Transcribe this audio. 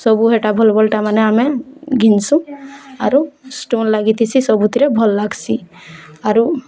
ସବୁ ହେଇଟା ଭଲ୍ ଭଲ୍ଟା ମାନେ ଆମେ ଘିନ୍ସୁଁ ଆରୁ ଷ୍ଟୋନ୍ ଲାଗିଥିସି ସବୁଥିରେ ଭଲ୍ ଲାଗ୍ସି ଆରୁ